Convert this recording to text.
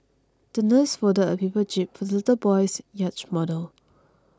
the nurse folded a paper jib for the little boy's yacht model